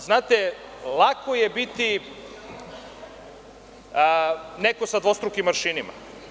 Znate, lako je biti neko sa dvostrukim aršinima.